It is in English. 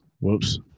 Whoops